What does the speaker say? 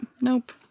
Nope